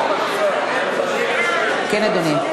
כן, אדוני?